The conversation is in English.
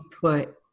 put